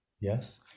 Yes